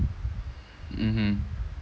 mmhmm